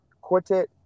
Quartet